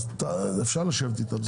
אפשר לשבת איתם.